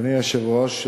אדוני היושב-ראש,